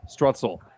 Strutzel